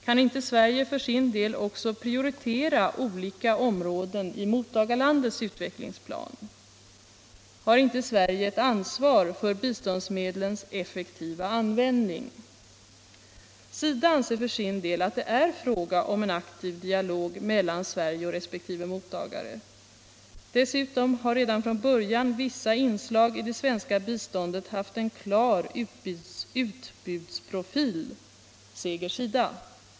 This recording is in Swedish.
Kan inte Sverige för sin del också prioritera olika områden i mottagarlandets utvecklingsplan? Har inte Sverige ett ansvar för biståndsmedlens effektiva användning? SIDA anser för sin del att det är fråga om en aktiv dialog mellan Sverige och resp. mottagare. Dessutom har redan från början vissa inslag i det svenska biståndet haft en klar ”utbudsprofil”, säger SIDA.